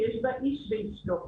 שיש בה "איש ואשתו".